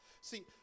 See